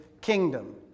kingdom